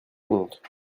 honte